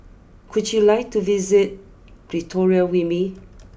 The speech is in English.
could you like to visit Pretoria with me